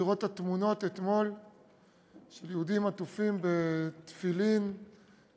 לראות אתמול את התמונות של יהודים עטופים בתפילין ובטליתות